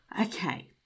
Okay